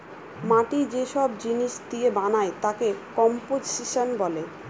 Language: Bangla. মাটি যে সব জিনিস দিয়ে বানায় তাকে কম্পোসিশন বলে